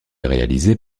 réalisée